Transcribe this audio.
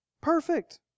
Perfect